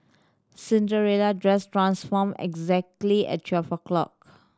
Cinderella dress transformed exactly at twelve o'clock